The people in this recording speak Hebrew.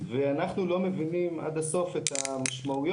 ואנחנו לא מבינים עד הסוף את המשמעויות.